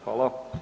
Hvala.